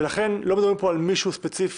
ולכן לא מדברים פה על מישהו ספציפי,